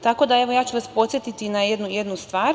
Tako da, evo, ja ću vas podsetiti na jednu stvar.